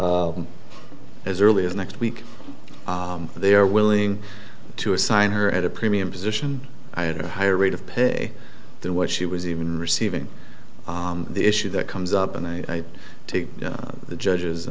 as early as next week they are willing to assign her at a premium position i had a higher rate of pay than what she was even receiving the issue that comes up and i take the